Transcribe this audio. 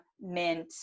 mint